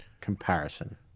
comparison